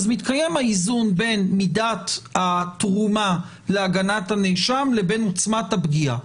אז מתקיים האיזון בין מידת התרומה להגנת הנאשם לבין עוצמת הפגיעה.